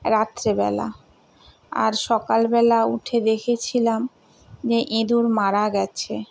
রাত্রিবেলা আর সকালবেলা উঠে দেখেছিলাম যে ইঁদুর মারা গেছে